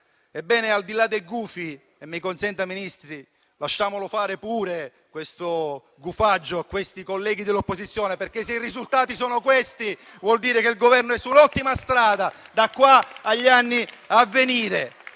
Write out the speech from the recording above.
Ebbene, al di là dei gufi, mi consenta, Ministro, lasciamoli pure gufare questi colleghi dell'opposizione. Se i risultati sono questi, vuol dire che il Governo è su un'ottima strada, da oggi agli anni a venire.